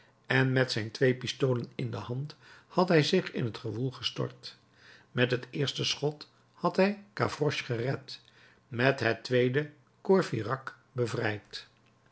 en met zijn twee pistolen in de hand had hij zich in het gewoel gestort met het eerste schot had hij gavroche gered met het tweede courfeyrac bevrijd